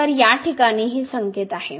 तर या ठिकाणी हे संकेत आहे